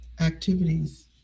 activities